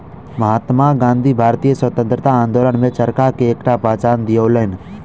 महात्मा गाँधी भारतीय स्वतंत्रता आंदोलन में चरखा के एकटा पहचान दियौलैन